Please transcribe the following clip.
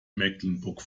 mecklenburg